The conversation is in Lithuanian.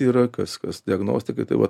yra kas kas diagnostika tai vat